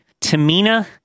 tamina